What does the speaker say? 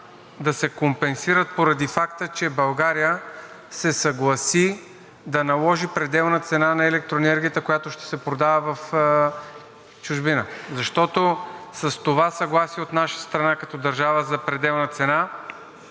да се компенсират, поради факта, че България се съгласи да наложи пределна цена на електроенергията, която ще се продава в чужбина? С това съгласие от наша страна като държава за пределна цена